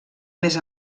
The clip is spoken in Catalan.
més